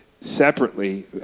separately